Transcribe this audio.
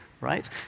right